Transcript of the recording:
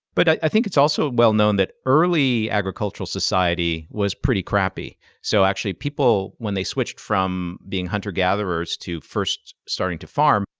but i think it's also well known that early agricultural society was pretty crappy, so actually people, when they switched from being hunter-gatherers to first starting to farm,